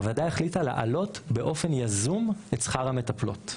הוועדה החליטה להעלות באופן יזום את שכר המטפלות,